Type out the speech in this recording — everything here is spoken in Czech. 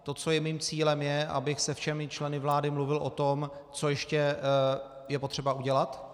To, co je mým cílem, je, abych se všemi členy vlády mluvil o tom, co ještě je potřeba udělat.